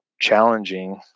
challenging